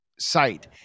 Site